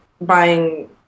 buying